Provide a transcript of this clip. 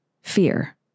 Fear